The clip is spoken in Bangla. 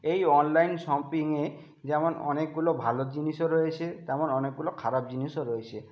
এই অনলাইন শপিংয়ে যেমন অনেকগুলো ভালো জিনিসও রয়েছে তেমন অনেকগুলো খারাপ জিনিসও রয়েছে